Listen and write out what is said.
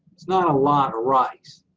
it's not a lot of rice,